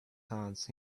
hands